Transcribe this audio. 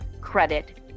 credit